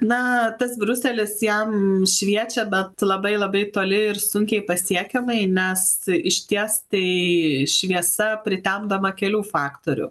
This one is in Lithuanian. na tas briuselis jam šviečia bet labai labai toli ir sunkiai pasiekiamai nes išties tai šviesa pritemdoma kelių faktorių